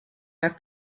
have